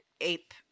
ape